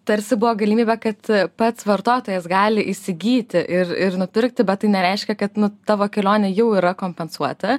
tarsi buvo galimybė kad pats vartotojas gali įsigyti ir ir nupirkti bet tai nereiškia kad nu tavo kelionė jau yra kompensuota